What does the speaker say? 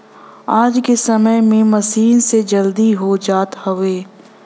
आज के समय में मसीन से जल्दी हो जात हउवे